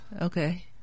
Okay